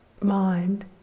mind